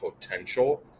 potential